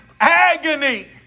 agony